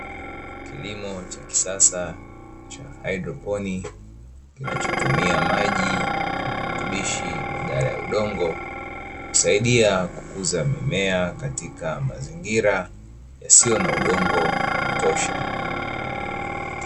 Kilimo cha kisasa cha haidroponi kinachotumia maji na virutubishi, badala ya udongo, husaidia kukuza mimea katika mazingira yasiyo na udongo wa kutosha.